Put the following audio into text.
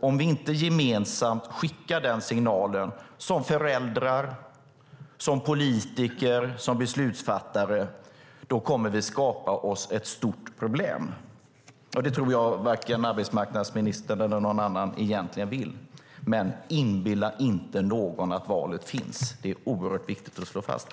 Om vi inte gemensamt som föräldrar, politiker och beslutsfattare sänder den signalen kommer vi att skapa ett stort problem. Det vill nog varken arbetsmarknadsministern eller någon annan, men inbilla inte någon att valet finns. Detta är oerhört viktigt att slå fast.